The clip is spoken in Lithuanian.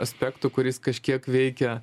aspektų kuris kažkiek veikia